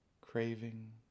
Craving